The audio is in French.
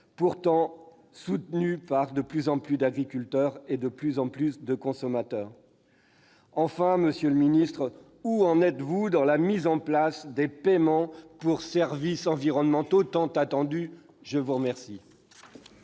pourtant soutenu par de plus en plus d'agriculteurs et de consommateurs. Enfin, monsieur le ministre, où en êtes-vous de la mise en place des paiements pour services environnementaux, tant attendus ? La parole